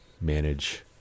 manage